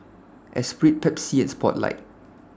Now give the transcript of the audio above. Espirit Pepsi and Spotlight